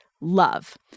love